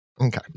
Okay